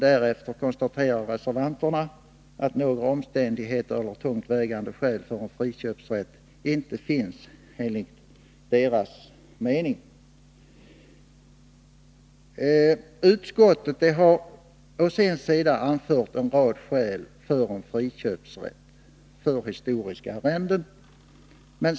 Därefter konstaterar reservanterna att några sådana omständigheter eller andra tungt vägande skäl för en friköpsrätt enligt deras mening inte finns. Utskottet å sin sida har anfört en rad skäl för en friköpsrätt för historiska arrenden.